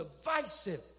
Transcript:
divisive